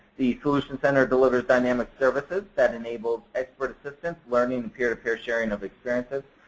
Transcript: the solutions center delivers dynamic services that enable expert assistance, learning, and peer to peer sharing of experiences.